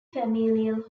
familial